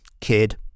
kid